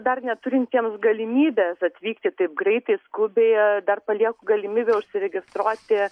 dar neturintiems galimybės atvykti taip greitai skubiai dar paliekam galimybę užsiregistruoti